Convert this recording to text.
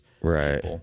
Right